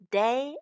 day